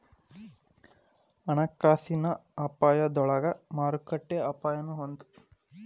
ಹಣಕಾಸಿನ ಅಪಾಯದೊಳಗ ಮಾರುಕಟ್ಟೆ ಅಪಾಯನೂ ಒಂದ್